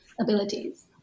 abilities